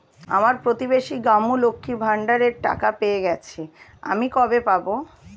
আমার প্রতিবেশী গাঙ্মু, লক্ষ্মীর ভান্ডারের টাকা পেয়ে গেছে, আমি কবে পাব?